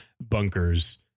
bunkers